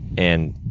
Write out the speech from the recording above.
and,